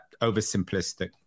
oversimplistic